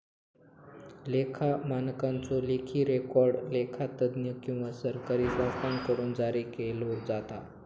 लेखा मानकांचो लेखी रेकॉर्ड लेखा तज्ञ किंवा सरकारी संस्थांकडुन जारी केलो जाता